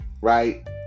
right